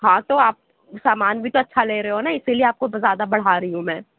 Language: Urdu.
ہاں تو آپ سامان بھی تو اچھا لے رہے ہو نا اِسی لیے آپ کو زیادہ بڑھا رہی ہوں میں